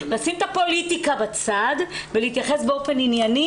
לשים את הפוליטיקה בצד ולהתייחס באופן ענייני,